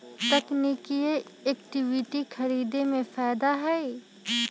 तकनिकिये इक्विटी खरीदे में फायदा हए